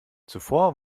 zuvor